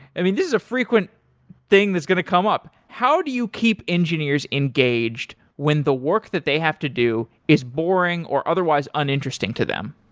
i mean this is a frequent thing that's going to come up. how do you keep engineers engaged when the work that they have to do is boring or otherwise uninteresting to them?